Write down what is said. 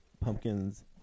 pumpkins